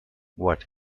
what